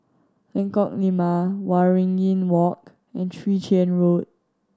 Lengkok Lima Waringin Walk and Chwee Chian Road